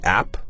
app